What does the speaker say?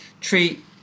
treat